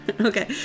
okay